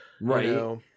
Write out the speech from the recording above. right